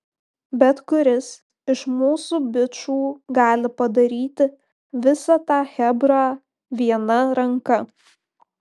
bet kuris iš mūsų bičų gali padaryti visą tą chebrą viena ranka